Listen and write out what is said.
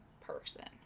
person